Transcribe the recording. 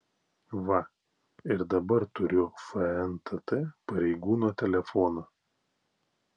va ir dabar turiu fntt pareigūno telefoną